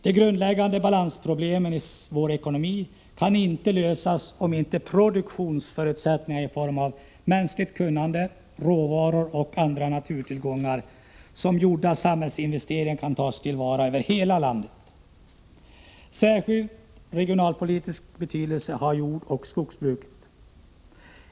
De grundläggande balansproblemen i vår ekonomi kan inte lösas om inte produktionsförutsättningar i form av mänskligt kunnande, råvaror och andra naturtillgångar samt gjorda samhällsinvesteringar kan tas till vara över hela landet. Särskild regionalpolitisk betydelse har jordoch skogsbruket.